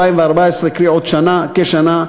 קרי בעוד כשנה,